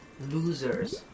losers